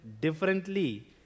differently